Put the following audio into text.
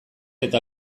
eta